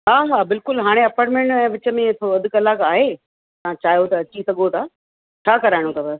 हा हा बिल्कुल हाणे अपरमेन न विच में थोरो अध कलाकु आहे तव्हां चाहियो त अची सघो था छा कराइणो अथव